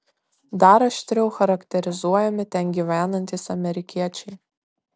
dar aštriau charakterizuojami ten gyvenantys amerikiečiai